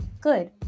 good